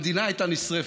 המדינה הייתה נשרפת.